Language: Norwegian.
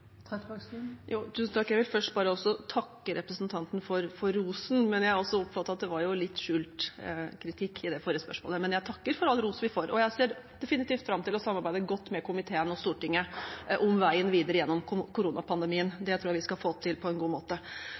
Jeg vil først takke representanten for rosen, men jeg oppfattet også at det var litt skjult kritikk i det forrige spørsmålet. Men jeg takker for all ros vi får, og jeg ser definitivt fram til å samarbeide godt med komiteen og Stortinget om veien videre gjennom koronapandemien. Det tror jeg vi skal få til på en god måte.